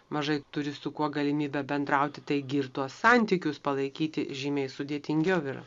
mažai turi su kuo galimybę bendrauti taigi ir tuos santykius palaikyti žymiai sudėtingiau yra